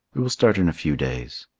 we will start in a few days.